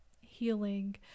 healing